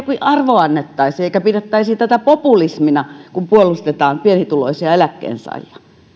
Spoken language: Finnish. arvo annettaisiin eikä pidettäisi tätä populismina kun puolustetaan pienituloisia eläkkeensaajia